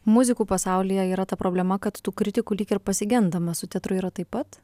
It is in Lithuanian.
muzikų pasaulyje yra ta problema kad tų kritikų lyg ir pasigendama su teatru yra taip pat